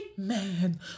Man